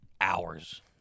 hours